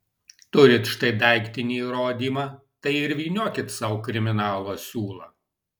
turit štai daiktinį įrodymą tai ir vyniokit sau kriminalo siūlą